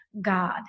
God